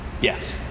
yes